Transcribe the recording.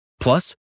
Plus